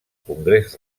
congrés